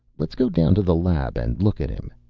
let's go down to the lab and look at him.